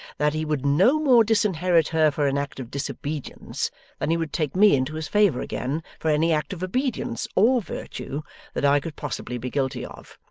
that he would no more disinherit her for an act of disobedience than he would take me into his favour again for any act of obedience or virtue that i could possibly be guilty of.